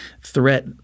Threat